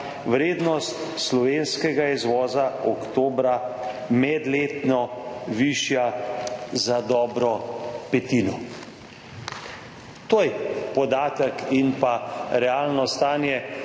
vrednost slovenskega izvoza oktobra med letno višja za dobro petino. To je podatek in pa realno stanj.